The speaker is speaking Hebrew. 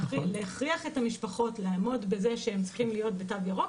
להכריח את המשפחות לעמוד בתו ירוק,